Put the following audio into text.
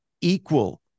Equal